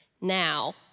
now